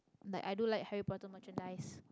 like I do like Harry-Potter merchandise